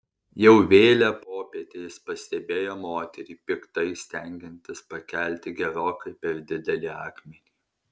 jau vėlią popietę jis pastebėjo moterį piktai stengiantis pakelti gerokai per didelį akmenį